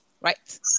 right